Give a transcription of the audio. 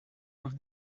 with